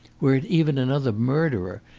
were it even another murderer,